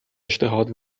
اشتهات